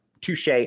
touche